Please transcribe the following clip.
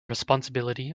responsibility